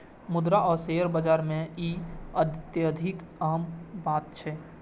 मुद्रा आ शेयर बाजार मे ई अत्यधिक आम बात छै